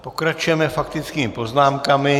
Pokračujeme faktickými poznámkami.